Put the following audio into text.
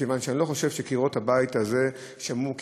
מכיוון שאני לא חושב שקירות הבית הזה שמעו כמעט,